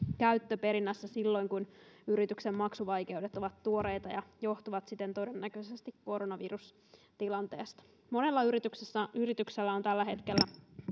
käyttö perinnässä silloin kun yrityksen maksuvaikeudet ovat tuoreita ja johtuvat siten todennäköisesti koronavirustilanteesta monella yrityksellä on tällä hetkellä